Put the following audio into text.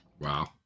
wow